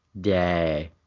Day